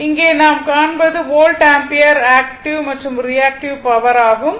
இங்கே நாம் காண்பது வோல்ட் ஆம்பியர் ஆக்டிவ் மற்றும் ரியாக்ட்டிவ் பவர் ஆகும்